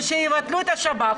ושיבטלו את השב"כ,